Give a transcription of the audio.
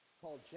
called